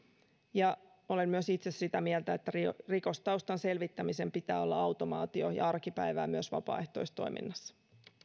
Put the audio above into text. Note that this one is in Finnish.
olen myös itse sitä mieltä että rikostaustan selvittämisen pitää olla automaatio ja arkipäivää myös vapaaehtoistoiminnassa